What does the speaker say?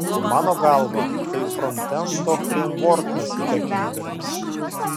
mano galva tai frontendo freimvorkas bekenderiams